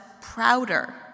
prouder